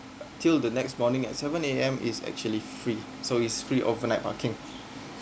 till the next morning at seven A_M is actually free so is free overnight parking